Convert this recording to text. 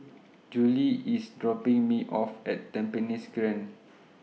Julie IS dropping Me off At Tampines Grande